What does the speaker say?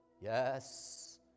yes